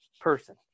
person